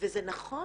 וזה נכון